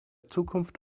zukunft